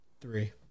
three